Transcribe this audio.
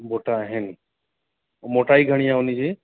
मोटा आहिनि और मोटाई घणी आहे हुन जी